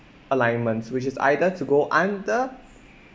alignments which is either to go under